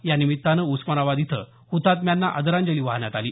या निमित्तानं उस्मानाबाद इथं हुतात्म्यांना आदरांजली वाहण्यात आली